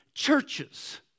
churches